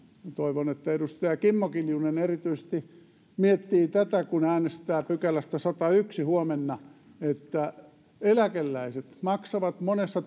toivon että edustaja kimmo kiljunen erityisesti miettii tätä kun äänestää sadannestaensimmäisestä pykälästä huomenna että eläkeläiset maksavat monessa